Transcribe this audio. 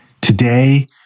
Today